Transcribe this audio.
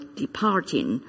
departing